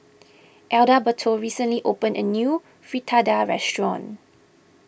Adalberto recently opened a new Fritada restaurant